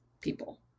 people